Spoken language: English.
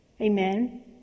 Amen